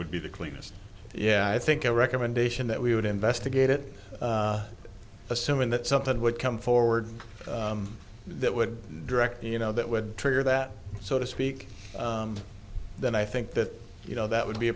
would be the cleanest yeah i think a recommendation that we would investigate it assuming that something would come forward that would direct you know that would trigger that so to speak then i think that you know that would be